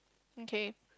okay